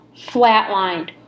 flatlined